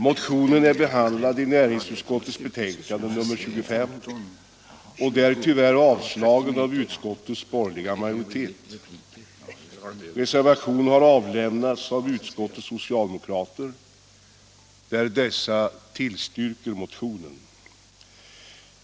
Motionen är behandlad i näringsutskottets betänkande nr 25 och där tyvärr avstyrkt av utskottets borgerliga majoritet. Reservation har avlämnats av utskottets socialdemokrater, som tillstyrker motionen.